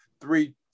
three